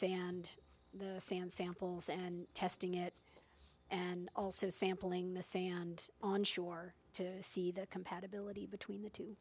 sand the sand samples and testing it and also sampling the sand on shore to see the compatibility between the two